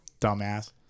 Dumbass